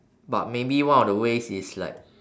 but maybe one of the ways is like